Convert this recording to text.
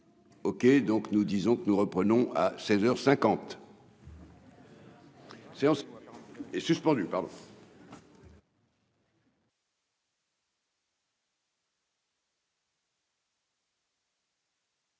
OK, donc nous disons que nous reprenons à 16